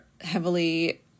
heavily